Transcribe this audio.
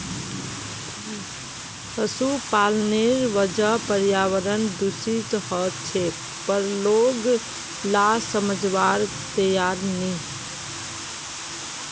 पशुपालनेर वजह पर्यावरण दूषित ह छेक पर लोग ला समझवार तैयार नी